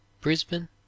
Brisbane